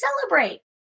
celebrate